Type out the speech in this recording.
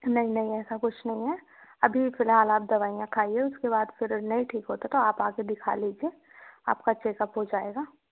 नहीं नहीं ऐसा कुछ नहीं है अभी फ़िलहाल आप दवाईयाँ खाइए उसके बाद फिर वो नहीं ठीक होता तो आप आके दिखा लीजिए आपका चेकअप हो जाएगा